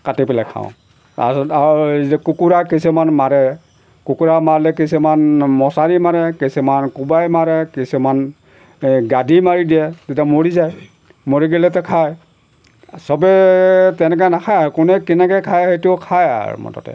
কাটি পেলাই খাওঁ তাৰপিছত আৰু কুকুৰা কিছুমান মাৰে কুকুৰা মাৰলে কিছুমান মছাৰি মাৰে কিছুমান কোবাই মাৰে কিছুমান গাদি মাৰি দিয়ে তেতিয়া মৰি যায় মৰি গ'লে ত' খায় চবেই তেনেকৈ নাখায় আৰু কোনে কেনেকৈ খায় সেইটো খায় আৰু মটতে